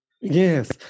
Yes